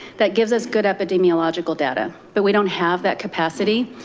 that gives us good epidemiological data, but we don't have that capacity.